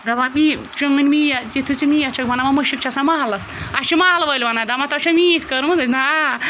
دَپان میٛٲنۍ چٲنۍ میٚتھ یُتھ ژٕ میٚتھ چھَکھ بَناوان مُشُک چھِ آسان محلَس اَسہِ چھُ محلہٕ وٲلۍ وَنان دَپان تۄہہِ چھو میٖٚتھ کٔرمٕژ أسۍ چھِ دپان آ